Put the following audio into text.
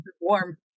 Warm